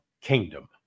kingdom